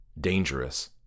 dangerous